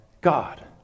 God